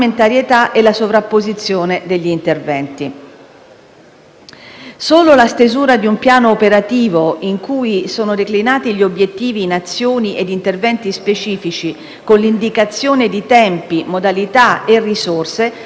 Solo la stesura di un piano operativo in cui sono declinati gli obiettivi in azioni e interventi specifici con l'indicazione di tempi, modalità e risorse, è in grado di dare concretezza alla strategia.